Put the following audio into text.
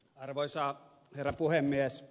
arvoisa herra puhemies